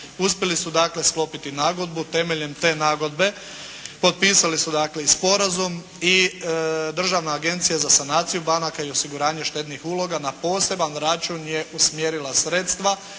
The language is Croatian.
Uspjeli su dakle sklopiti nagodbu. Temeljem te nagodbe potpisali su i sporazum. I Državna agencija za sanaciju banaka i osiguranje štednih uloga na poseban račun je usmjerila sredstva